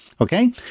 Okay